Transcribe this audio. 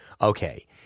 okay